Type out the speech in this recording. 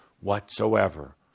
whatsoever